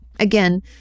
again